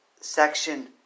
Section